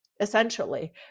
essentially